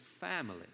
family